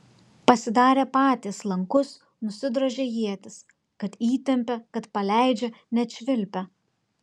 pasidarė patys lankus nusidrožė ietis kad įtempia kad paleidžia net švilpia